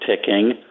ticking